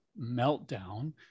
meltdown